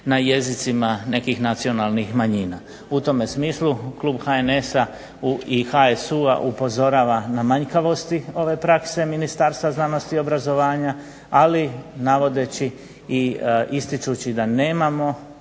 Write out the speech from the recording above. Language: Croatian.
na jezicima nekih nacionalnih manjina. U tome smislu klub HNS-a i HSU-a upozorava na manjkavosti ove prakse Ministarstva znanosti i obrazovanja, ali navodeći i ističući da nemamo